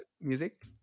music